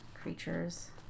creatures